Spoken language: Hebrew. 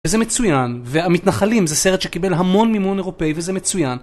וזה מצוין, והמתנחלים זה סרט שקיבל המון מימון אירופאי וזה מצוין.